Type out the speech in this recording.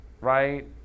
Right